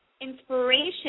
inspiration